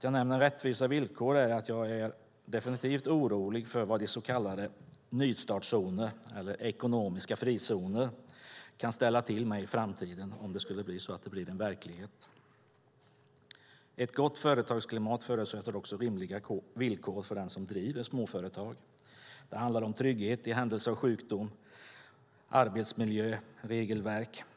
Jag nämner rättvisa villkor för att jag är orolig för vad de så kallade nystartszonerna eller ekonomiska frizonerna kan ställa till med i framtiden om de blir verklighet. Ett gott företagsklimat förutsätter också rimliga villkor för den som driver småföretag. Det handlar om trygghet i händelse av sjukdom, arbetsmiljö och regelverk.